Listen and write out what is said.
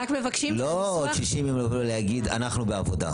רק מבקשים ש --- לא עוד 60 יום לבוא ולהגיד 'אנחנו בעבודה'.